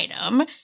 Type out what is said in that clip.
item